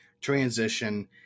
Transition